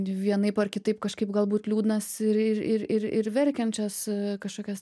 vienaip ar kitaip kažkaip galbūt liūdnas ir ir ir ir ir verkiančias kažkokias